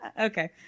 Okay